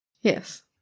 Yes